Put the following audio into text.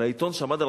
על העיתון שעמד,